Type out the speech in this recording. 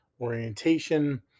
orientation